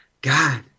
God